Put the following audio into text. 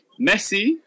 Messi